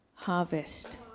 harvest